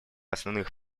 основных